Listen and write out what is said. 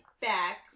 back